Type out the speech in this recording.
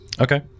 Okay